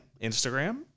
Instagram